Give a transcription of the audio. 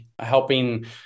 helping